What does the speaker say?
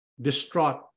distraught